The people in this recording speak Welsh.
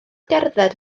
gerdded